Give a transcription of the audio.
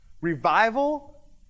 Revival